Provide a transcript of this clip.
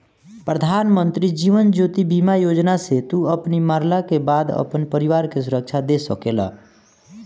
प्रधानमंत्री जीवन ज्योति बीमा योजना से तू अपनी मरला के बाद अपनी परिवार के सुरक्षा दे सकेला